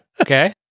Okay